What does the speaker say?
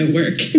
work